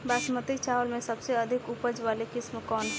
बासमती चावल में सबसे अधिक उपज वाली किस्म कौन है?